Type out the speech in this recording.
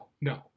no